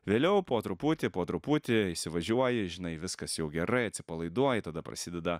vėliau po truputį po truputį įsivažiuoji žinai viskas jau gerai atsipalaiduoji tada prasideda